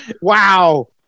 Wow